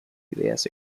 ideas